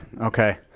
Okay